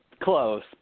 close